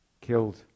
killed